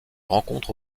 rencontre